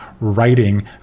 writing